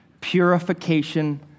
purification